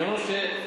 אני אסביר.